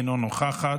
אינה נוכחת.